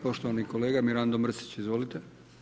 Poštovani kolega Mirando Mrsić, izvolite.